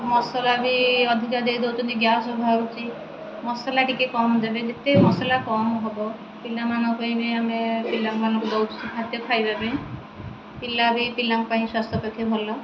ମସଲା ବି ଅଧିକ ଦେଇଦେଉଛନ୍ତି ଗ୍ୟାସ୍ ବାହାରୁଛି ମସଲା ଟିକେ କମ୍ ଦେବେ ଯେତେ ମସଲା କମ୍ ହେବ ପିଲାମାନଙ୍କ ପାଇଁ ବି ଆମେ ପିଲାମାନଙ୍କୁ ଦେଉଛୁ ଖାଦ୍ୟ ଖାଇବା ପାଇଁ ପିଲା ବି ପିଲାଙ୍କ ପାଇଁ ସ୍ୱାସ୍ଥ୍ୟପକ୍ଷେ ଭଲ